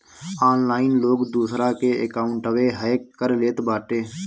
online लोग दूसरा के अकाउंटवे हैक कर लेत बाटे